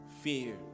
Fear